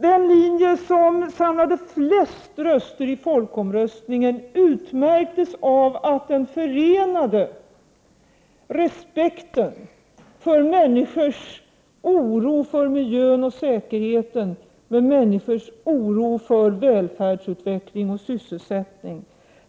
Den linje som samlade flest röster i folkomröstningen om kärnkraft utmärktes av att den förenade respekten för människors oro för miljön och säkerheten med människors oro för välfärdsutvecklingen och sysselsättningen.